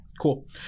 cool